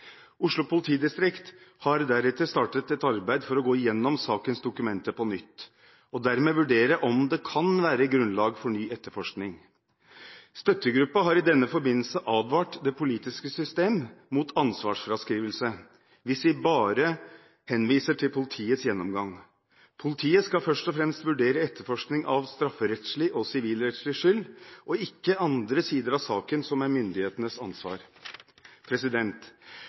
Oslo politidistrikt har deretter startet et arbeid for å gå igjennom sakens dokumenter på nytt og dermed vurdere om det kan være grunnlag for ny etterforskning. Støttegruppen har i denne forbindelse advart det politiske system mot ansvarsfraskrivelse hvis vi bare henviser til politiets gjennomgang. Politiet skal først og fremst vurdere etterforskning av strafferettslig og sivilrettslig skyld, og ikke andre sider av saken, som er myndighetenes ansvar.